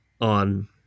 on